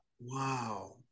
wow